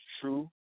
true